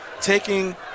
taking